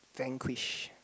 Vanquish